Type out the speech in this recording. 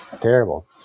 Terrible